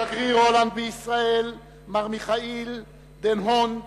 שגריר הולנד בישראל מר מיכאיל דן-הונד,